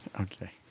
Okay